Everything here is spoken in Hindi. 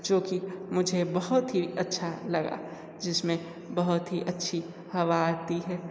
जो कि मुझे बहुत ही अच्छा लगा जिसमें बहुत ही अच्छी हवा आती है